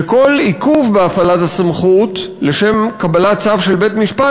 וכל עיכוב בהפעלת הסמכות לשם קבלת צו של בית-משפט